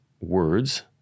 words